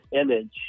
image